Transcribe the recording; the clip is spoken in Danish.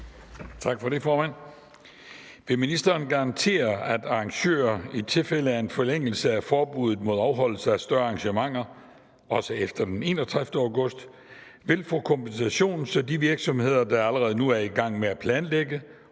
Tak for det, formand. Vil ministeren garantere, at arrangører, i tilfælde af en forlængelse af forbuddet mod afholdelse af større arrangementer, også efter den 31. august, vil få kompensation, så de virksomheder, der allerede nu er i gang med at planlægge